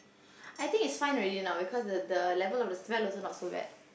I think it's fine already now because the the level of the smell also not so bad